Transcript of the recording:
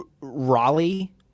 Raleigh